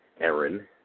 Aaron